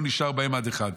לא נשאר בהם עד אחד.